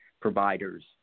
providers